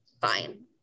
Fine